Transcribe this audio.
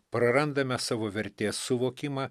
prarandame savo vertės suvokimą